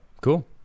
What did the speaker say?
cool